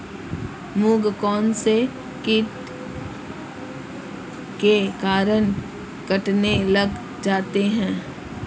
मूंग कौनसे कीट के कारण कटने लग जाते हैं?